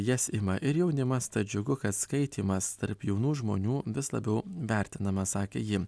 jas ima ir jaunimas tad džiugu kad skaitymas tarp jaunų žmonių vis labiau vertinamas sakė ji